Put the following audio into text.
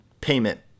payment